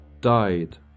died